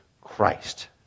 christ